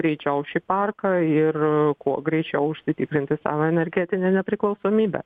greičiau šį parką ir kuo greičiau užsitikrinti savo energetinę nepriklausomybę